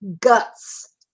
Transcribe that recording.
guts